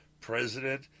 president